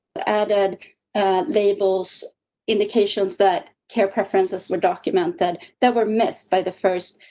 added a labels indications that care preferences were document that that were missed by the first,